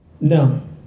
No